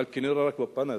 אבל כנראה רק בפן הזה.